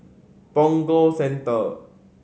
Punggol Central